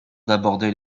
d’aborder